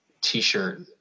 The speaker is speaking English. t-shirt